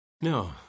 No